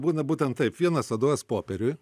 būna būtent taip vienas vadovas popieriuj